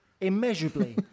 Immeasurably